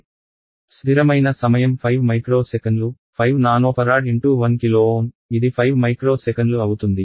స్ధిరమైన సమయం 5 మైక్రో సెకన్లు 5 నానోఫరాడ్ × 1 కిలో Ω ఇది 5 మైక్రో సెకన్లు అవుతుంది